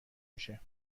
میشه